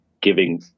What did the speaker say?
giving